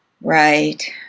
Right